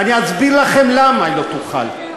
ואני אסביר לכם למה היא לא תוכל.